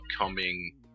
upcoming